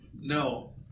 no